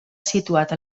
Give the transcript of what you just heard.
situat